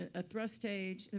a thrust stage, ah